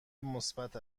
مثبت